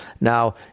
Now